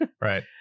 Right